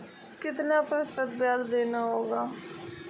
कितना प्रतिशत ब्याज देना होगा?